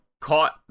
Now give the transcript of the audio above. caught